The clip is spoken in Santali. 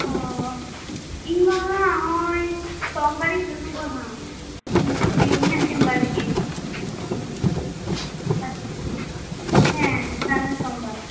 ᱚᱻ ᱤᱧᱢᱟ ᱦᱚᱸᱜᱚᱭ ᱥᱚᱢᱵᱟᱨᱤᱧ ᱫᱩᱲᱩᱵᱽᱼᱟ ᱦᱟᱜ ᱤᱧᱟᱹᱜ ᱪᱮᱢᱵᱟᱨ ᱨᱮᱜᱮ ᱦᱮᱸ ᱥᱟᱢᱱᱮᱨ ᱥᱚᱢᱵᱟᱨ